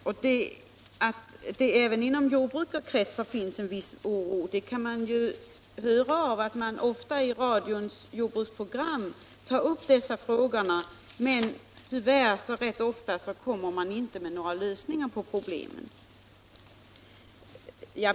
Och att det även inom jordbrukarkretsar finns en viss oro kan vi höra av att man ofta i radions jordbruksprogram tar upp dessa frågor men tyvärr inte kommer med några lösningar på pro blemen.